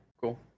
cool